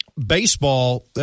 baseball